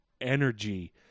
energy